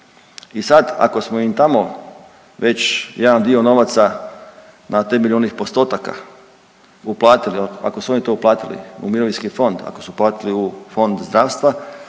i sad ako smo im tamo već jedan dio novaca na temelju onih postotaka uplatili, ako su oni to uplatili u mirovinski fond, ako su uplatili u fond zdravstva,